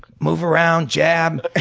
move around, jab.